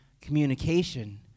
communication